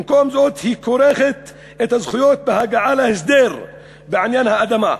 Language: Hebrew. במקום זה היא כורכת את הזכויות בהגעה להסדר בעניין האדמה.